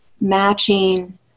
matching